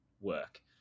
work